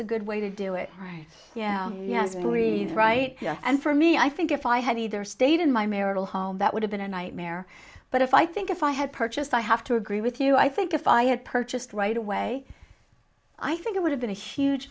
a good way to do it right yeah exactly right and for me i think if i had either stayed in my marital home that would have been a nightmare but if i think if i had purchased i have to agree with you i think if i had purchased right away i think it would have been a huge